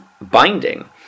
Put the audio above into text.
binding